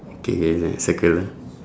okay K then circle ah